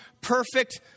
perfect